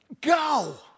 Go